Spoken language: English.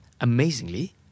Amazingly